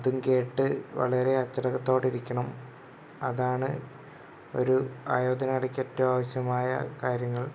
അതും കേട്ട് വളരെ അച്ചടക്കത്തോടെ ഇരിക്കണം അതാണ് ഒരു ആയോധനകലയ്ക്ക് ഏറ്റവും ആവശ്യമായ കാര്യങ്ങൾ